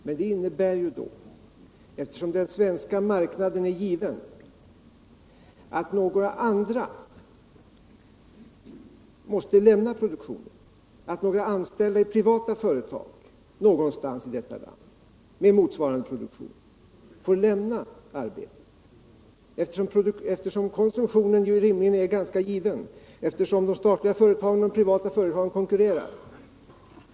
Men eftersom den svenska marknaden är given innebär det att några anställda i privata företag med motsvarande produktion någon annanstans här i landet får lämna sitt arbete. Konsumtionen är nämligen ganska given, och de statliga företagen och de privata företagen konkurrerar.